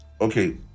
okay